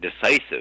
decisive